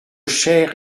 chair